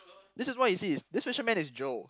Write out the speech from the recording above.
this is why you see this fisherman is Joe